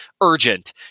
urgent